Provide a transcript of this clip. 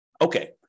Okay